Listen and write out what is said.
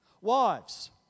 Wives